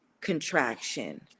contraction